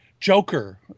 Joker